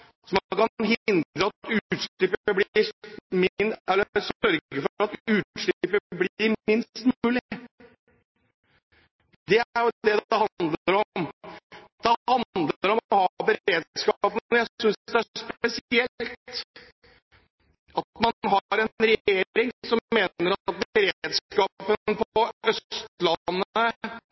at utslippet blir minst mulig. Det er jo dét det handler om. Det handler om å ha beredskap, men jeg synes det er spesielt at man har en regjering som mener at beredskapen på Østlandet